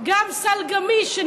גם סל גמיש,